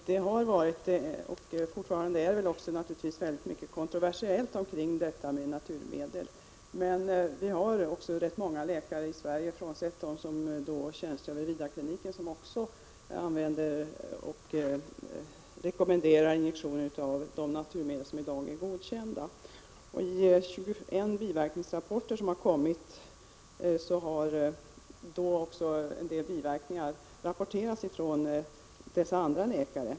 Fru talman! Frågan om användning av naturmedel har varit och är väl också fortfarande naturligtvis mycket kontroversiell. Vi har rätt många läkare i Sverige - utöver de som tjänstgör vid Vidarkliniken — som använder och rekommenderar injektioner av de naturmedel som i dag är godkända. I de biverkningsrapporter som har kommit in från dessa läkare redovisas också att biverkningar har förekommit.